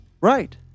right